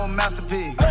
masterpiece